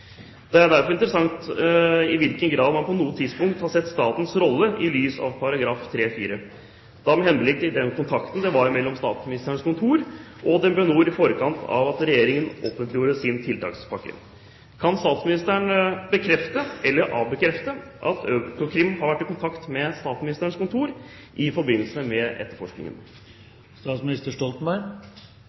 Det er derfor interessant i hvilken grad man på noe tidspunkt har sett statens rolle i lys av § 3-4, da med henblikk på den kontakten det var mellom Statsministerens kontor og DnB NOR i forkant av at Regjeringen offentliggjorde sin tiltakspakke. Kan statsministeren bekrefte eller avkrefte at Økokrim har vært i kontakt med Statsministerens kontor i forbindelse med